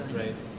right